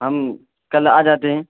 ہم کل آ جاتے ہیں